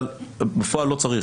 אבל בפועל לא צריך.